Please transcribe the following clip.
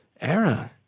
era